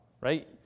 right